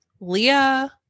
Leah